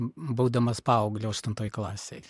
būdamas paaugliu aštuntoj klasėj